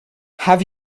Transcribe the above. have